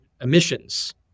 emissions